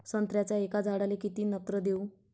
संत्र्याच्या एका झाडाले किती नत्र देऊ?